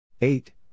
Eight